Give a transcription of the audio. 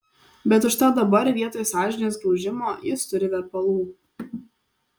bet užtat dabar vietoj sąžinės graužimo jis turi verpalų